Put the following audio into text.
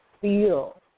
feel